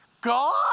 God